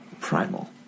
primal